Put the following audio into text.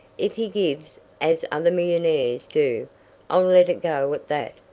if he gives as other millionaires do i'll let it go at that.